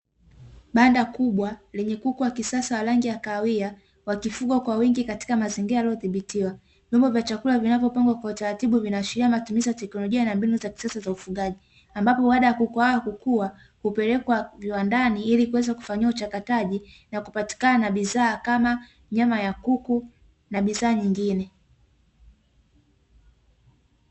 Banda kubwa lenye kuku wa kisasa wa rangi ya kahawia wakifugwa kwa wingi katika mazingira yaliyodhibitiwa, vyombo vya chakula vinavyopangwa kwa utaratibu vinaashiria matumizi ya teknolojia na mbinu za kisasa za ufugaji, ambapo baada ya kuku hao kukua hupelekwa viwandani ili kuweza kufanyiwa uchakataji na kupatikana bidhaa kama nyama ya kuku na bidhaa nyingine.